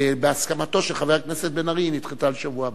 ובהסכמתו של חבר הכנסת בן-ארי היא נדחתה לשבוע הבא.